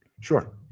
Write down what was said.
sure